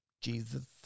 Jesus